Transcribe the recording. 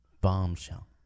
Bombshell